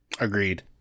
Agreed